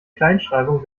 kleinschreibung